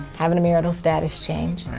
having a marital status change,